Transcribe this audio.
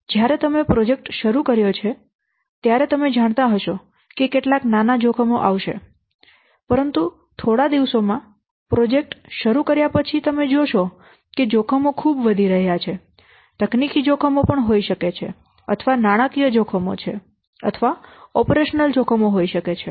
જ્યારે તમે પ્રોજેક્ટ શરૂ કર્યો છે ત્યારે તમે જાણતા હશો કે કેટલાક નાના જોખમો આવશે પરંતુ થોડા દિવસોમાં પ્રોજેક્ટ શરૂ કર્યા પછી તમે જોશો કે જોખમો ખૂબ વધી રહ્યા છે તકનીકી જોખમો હોઈ શકે છે અથવા નાણાકીય જોખમો છે અથવા ઓપરેશનલ જોખમો હોય શકે છે